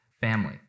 family